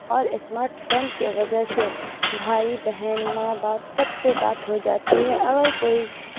اور smartphone کے وجہ سے بھائی بہن ماں باپ سب سے بات ہو جاتی ہے اگر کوئی